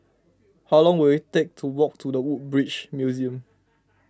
how long will it take to walk to the Woodbridge Museum